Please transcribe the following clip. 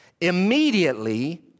Immediately